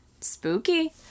spooky